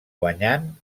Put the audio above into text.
guanyant